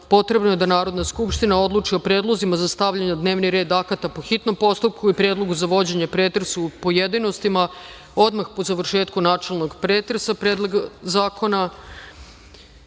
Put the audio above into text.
potrebno je da Narodna skupština odluči o predlozima za stavljanje na dnevni red akata po hitnom postupku i predlogu za vođenje pretresa u pojedinostima odmah po završetku načelnog pretresa predloga zakona. Sledeći